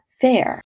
fair